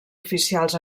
oficials